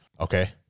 Okay